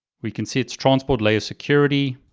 we can see it's transport layer security,